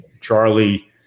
Charlie